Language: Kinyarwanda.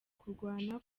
kurwana